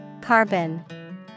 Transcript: Carbon